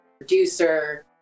producer